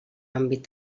àmbit